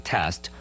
Test